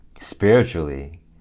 spiritually